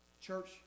Church